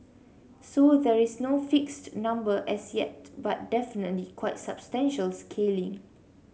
so there is no fixed number as yet but definitely quite substantial scaling